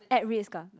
at Ritz-Carlton